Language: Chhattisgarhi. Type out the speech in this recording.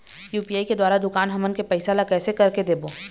यू.पी.आई के द्वारा दुकान हमन के पैसा ला कैसे कर के देबो?